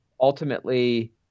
ultimately